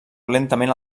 lentament